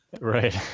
Right